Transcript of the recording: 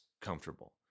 comfortable